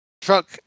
Truck